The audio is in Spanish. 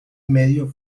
medio